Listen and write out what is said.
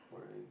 boring